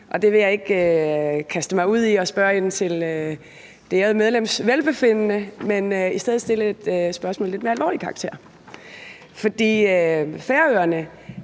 Jeg vil ikke kaste mig ud i at spørge ind til det ærede medlems velbefindende, men i stedet stille et spørgsmål af lidt mere alvorlig karakter. Færøerne